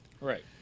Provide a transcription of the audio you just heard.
Right